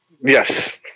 Yes